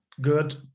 good